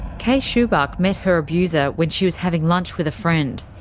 kay schubach met her abuser when she was having lunch with a friend.